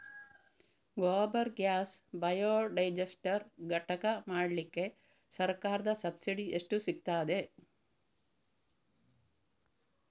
Gobar gas biodigester ಘಟಕ ಮಾಡ್ಲಿಕ್ಕೆ ಸರ್ಕಾರದ ಸಬ್ಸಿಡಿ ಎಷ್ಟು ಸಿಕ್ತಾದೆ?